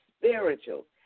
spiritual